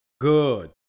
Good